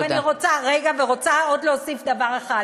אני רוצה להוסיף עוד דבר אחד: